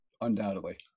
Undoubtedly